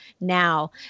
now